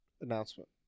announcement